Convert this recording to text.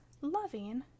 loving